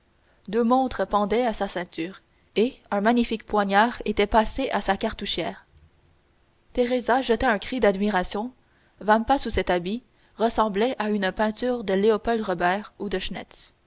deux montres pendaient à sa ceinture et un magnifique poignard était passé à sa cartouchière teresa jeta un cri d'admiration vampa sous cet habit ressemblait à une peinture de léopold robert ou de